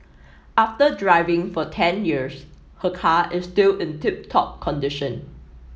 after driving for ten years her car is still in tip top condition